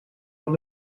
van